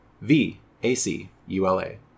V-A-C-U-L-A